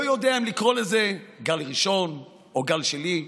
לא יודע אם לקרוא לזה גל ראשון או גל שני,